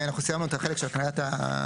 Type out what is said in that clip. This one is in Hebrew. אנחנו סיימנו את החלק של הקניית המקרקעין,